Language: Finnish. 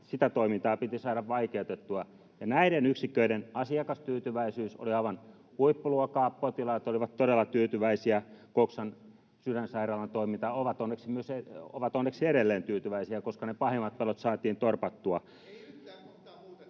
sitä toimintaa piti saada vaikeutettua. Näiden yksiköiden asiakastyytyväisyys oli aivan huippuluokkaa. Potilaat olivat todella tyytyväisiä Coxan ja Sydänsairaalan toimintaan ja ovat onneksi edelleen tyytyväisiä, koska ne pahimmat pelot saatiin torpattua.